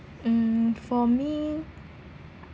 um for me